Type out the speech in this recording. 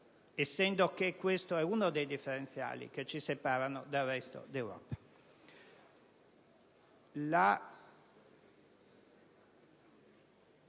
essendo questo uno dei differenziali che ci separano dal resto dell'Europa.